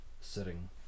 sitting